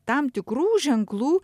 tam tikrų ženklų